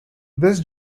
this